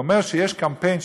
הוא אומר שיש קמפיין,